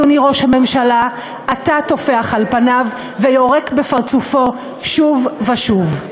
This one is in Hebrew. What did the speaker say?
אדוני ראש הממשלה אתה טופח על פניו ויורק בפרצופו שוב ושוב.